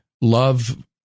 love